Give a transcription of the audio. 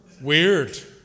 weird